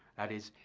that is,